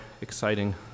exciting